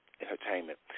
Entertainment